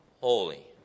holy